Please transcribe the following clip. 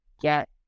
get